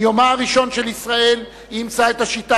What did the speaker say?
מיומה הראשון של ישראל היא אימצה את השיטה